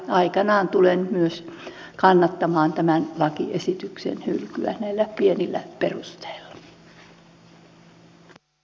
aikanaan tulen myös kannattamaan tämän lakiesityksen hylkyä näillä pienillä perusteilla